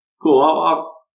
cool